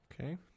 Okay